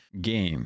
game